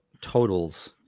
totals